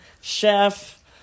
chef